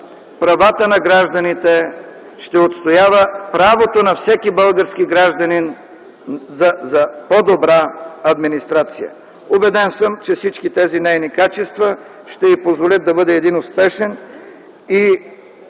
правата на гражданите, ще отстоява правото на всеки български гражданин за по-добра администрация. Убеден съм, че всички тези нейни качества ще й позволят да бъде един успешен